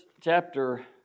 chapter